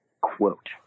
quote